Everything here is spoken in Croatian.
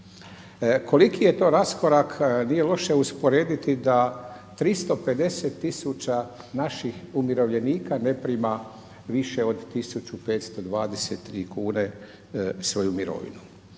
Koliki je to raskorak, nije loše usporediti da 350 tisuća naših umirovljenika ne prima više od 1.523 kune svoju mirovinu.